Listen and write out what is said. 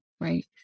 right